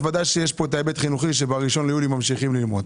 ודאי שיש פה היבט חינוכי שב-1 ביולי ממשיכים ללמוד,